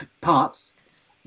parts